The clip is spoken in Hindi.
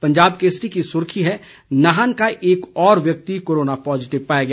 पंजाब केसरी की सुर्खी है नाहन का एक और व्यक्ति कोरोना पॉजिटिव पाया गया